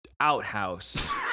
Outhouse